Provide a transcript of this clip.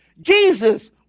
jesus